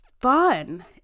fun